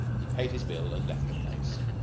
he paid his bill and left the place.